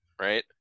right